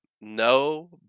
no